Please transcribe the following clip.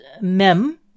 mem